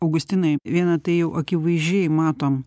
augustinai vieną tai jau akivaizdžiai matom